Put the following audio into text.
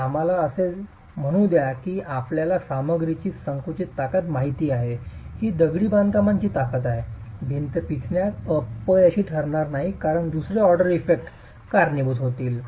आम्हाला असे म्हणू द्या की आपल्याला सामग्रीची संकुचित ताकद माहित आहे ही दगडी बांधकामांची ताकद आहे भिंत पिचण्यात अपयशी ठरणार नाही कारण दुसरे ऑर्डर इफेक्ट कारणीभूत होतील